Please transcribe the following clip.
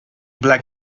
black